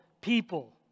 people